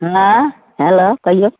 हँ हैलो कहियौ